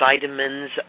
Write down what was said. vitamins